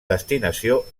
destinació